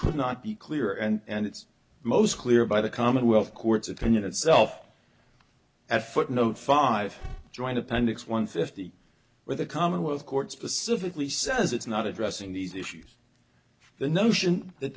could not be clearer and it's most clear by the commonwealth court's opinion itself that footnote five joint appendix one fifty where the commonwealth court specifically says it's not addressing these issues the notion that